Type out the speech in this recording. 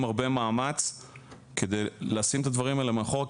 הרבה מאמץ כדי לשים את הדברים האלה מאחורה,